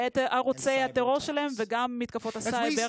את מנהרות הטרור שלהם וגם את מתקפות הסייבר.